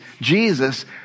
Jesus